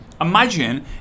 imagine